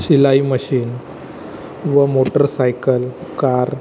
शिलाई मशीन व motorcycle car